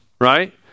right